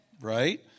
Right